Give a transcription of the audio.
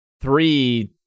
three